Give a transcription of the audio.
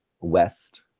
west